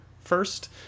first